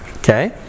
Okay